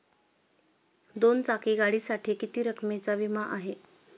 दोन चाकी गाडीसाठी किती रकमेचा विमा आहे?